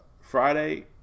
Friday